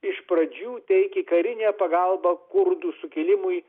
iš pradžių teikė karinę pagalbą kurdų sukilimui